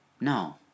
No